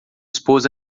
esposa